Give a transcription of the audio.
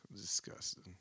disgusting